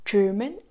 German